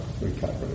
recovery